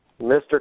Mr